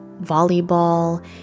volleyball